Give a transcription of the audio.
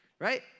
right